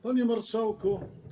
Panie Marszałku!